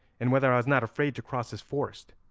and whether i was not afraid to cross his forest,